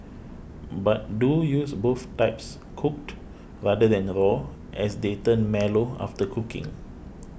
but do use both types cooked rather than raw as they turn mellow after cooking